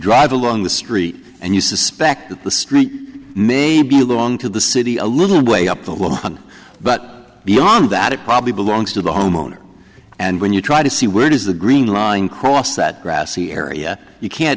drive along the street and you suspect that the street may be long to the city a little way up the lawn but beyond that it probably belongs to the homeowner and when you try to see where does the green line cross that grassy area you can